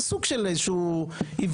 זה סוג של איזשהו עיוורון.